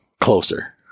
closer